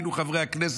חברי הכנסת,